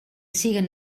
siguen